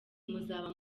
muzaba